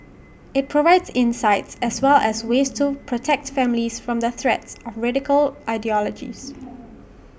IT provides insights as well as ways to protect families from the threats of radical ideologies